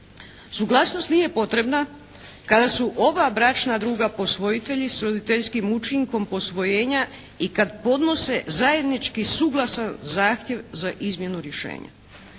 Suglasnost nije potrebna kada su oba bračna druga posvojitelji s roditeljskim učinkom posvojenja i kad podnose zajednički suglasan zahtjev za izmjenu rješenja.